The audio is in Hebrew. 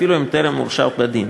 אפילו אם טרם הורשע בדין.